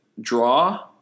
draw